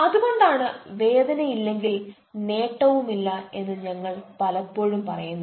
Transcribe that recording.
അതുകൊണ്ടാണ് വേദനയില്ലെങ്കിൽ നേട്ടവും ഇല്ല എന്ന് ഞങ്ങൾ പലപ്പോഴും പറയുന്നത്